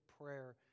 prayer